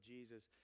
Jesus